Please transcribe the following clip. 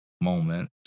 moment